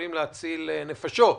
שיכולים להציל נפשות.